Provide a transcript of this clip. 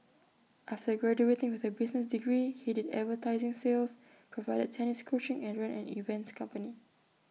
after graduating with A business degree he did advertising sales provided tennis coaching and ran an events company